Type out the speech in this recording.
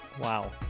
Wow